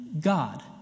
God